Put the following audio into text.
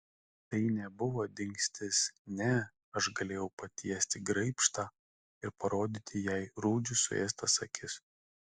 tai nebuvo dingstis ne aš galėjau patiesti graibštą ir parodyti jai rūdžių suėstas akis